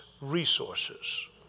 resources